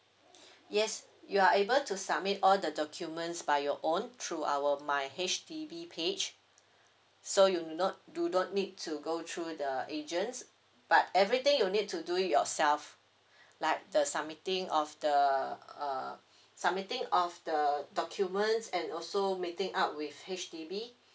yes you are able to submit all the documents by your own through our my H_D_B page so you do not do not need to go through the agents but everything you need to do it yourself like the submitting of the uh submitting of the documents and also meeting up with H_D_B